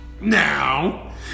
Now